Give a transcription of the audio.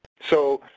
so,